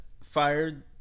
fired